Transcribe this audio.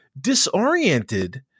disoriented